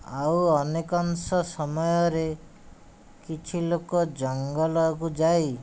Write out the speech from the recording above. ଆଉ ଅନେକାଂଶ ସମୟରେ କିଛି ଲୋକ ଜଙ୍ଗଲକୁ ଯାଇ